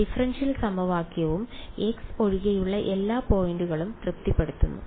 differential സമവാക്യവും x ഒഴികെയുള്ള എല്ലാ പോയിന്റുകളും തൃപ്തിപ്പെടുത്തുന്നു